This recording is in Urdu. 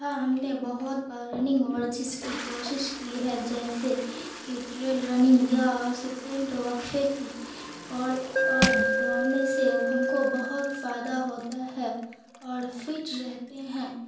ہاں ہم نے بہت بار رننگ ورزش کی کوشش کی ہے جیسے کہ ٹریل رننگ یا اسپرینٹ وقفے کی اور اور دوڑنے سے ہم کو بہت فائدہ ہوتا ہے اور فٹ رہتے ہیں